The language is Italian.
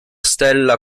stella